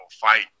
fight